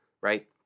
Right